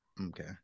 Okay